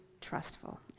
trustful